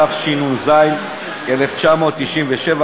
התשנ"ז 1997,